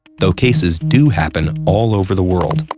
though cases do happen all over the world.